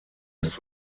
ist